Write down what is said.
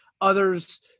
others